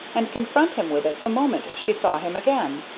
and confront him with it the moment she saw him again.